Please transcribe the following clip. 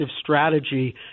strategy